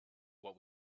what